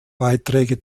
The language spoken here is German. beiträge